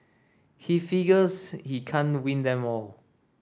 he figures he can't win them all